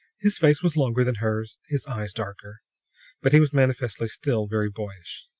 his face was longer than hers, his eyes darker but he was manifestly still very boyish.